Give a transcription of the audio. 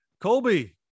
Colby